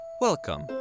Welcome